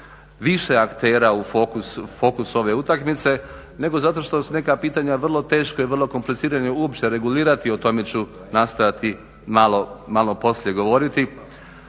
više aktera u fokus ove utakmice, nego zato što su neka pitanja vrlo teška i vrlo komplicirana uopće regulirati. O tome ću nastojati malo poslije govoriti.